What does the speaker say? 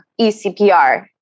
ECPR